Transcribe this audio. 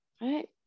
right